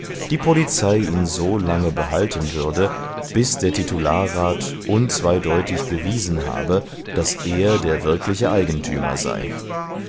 die polizei ihn so lange behalten würde bis der titularrat unzweideutig bewiesen habe daß er der wirkliche eigentümer sei